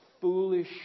foolish